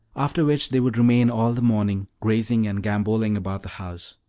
after which they would remain all the morning grazing and gamboling about the house.